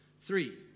Three